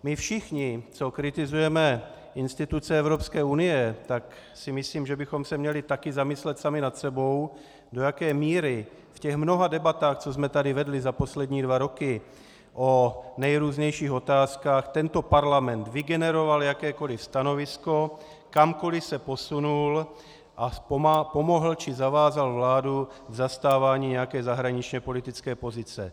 My všichni, co kritizujeme instituce Evropské unie, tak si myslím, že bychom se měli také zamyslet sami nad sebou, do jaké míry v těch mnoha debatách, co jsme tady vedli za poslední dva roky o nejrůznějších otázkách, tento parlament vygeneroval jakékoliv stanovisko, kamkoliv se posunul a pomohl či zavázal vládu k zastávání nějaké zahraničněpolitické pozice.